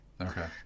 Okay